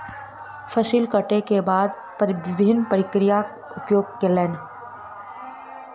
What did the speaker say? फसिल कटै के बाद विभिन्न प्रक्रियाक उपयोग कयलैन